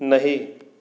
नहीं